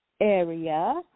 area